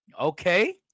Okay